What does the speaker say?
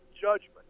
judgment